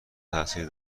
تاثیر